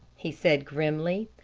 he said grimly.